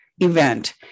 event